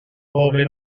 poble